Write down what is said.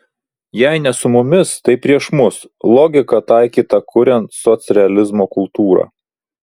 jei ne su mumis tai prieš mus logika taikyta kuriant socrealizmo kultūrą